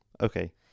okay